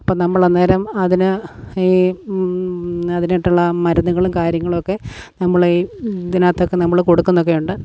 അപ്പം നമ്മൾ അന്നേരം അതിന് ഈ അതിനായിട്ടുള്ള മരുന്നുകളും കാര്യങ്ങളൊക്കെ നമ്മൾ ഈ ഇതിനകത്തൊക്കെ നമ്മൾ കൊടുക്കുന്നൊക്കെ ഉണ്ട്